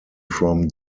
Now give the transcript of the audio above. from